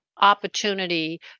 opportunity